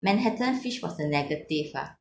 manhattan fish was the negative ah